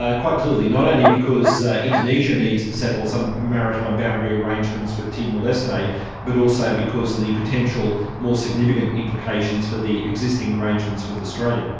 ah quite clearly, not only because indonesia needs to settle some maritime boundary arrangements with timor-leste, but also because of the potential more significant implications for the existing arrangements with australia.